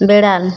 বেড়াল